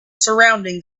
surrounding